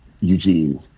Eugene